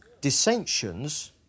dissensions